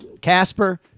Casper